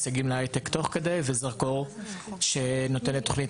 הישגים להייטק תוך כדי וזרקור שנותן את תוכנית